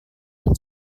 dan